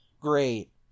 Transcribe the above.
Great